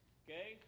okay